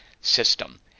system